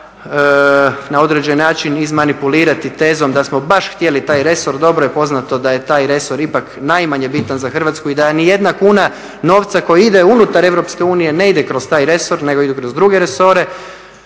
na određen način izmanipulirati tezom da smo baš htjeli taj resor, dobro je poznato da je taj resor ipak najmanje bitan za Hrvatsku i da ni jedna kuna novca koji ide unutar EU ne ide kroz taj resor nego ide kroz druge resore.